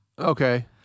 Okay